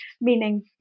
meaning